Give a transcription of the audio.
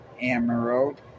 emerald